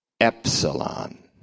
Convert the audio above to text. Epsilon